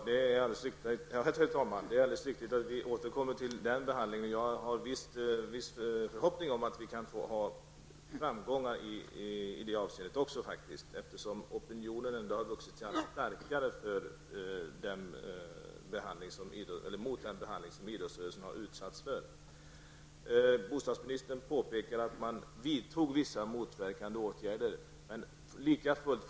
Herr talman! Det är alldeles riktigt att vi återkommer till diskussionen. Jag har viss förhoppning om att vi kommer att få framgångar i det avseendet. Opinionen har vuxit sig allt starkare mot den behandling som idrottsrörelsen har utsatts för. Bostadsministern påpekar att vissa motverkande åtgärder har vidtagits.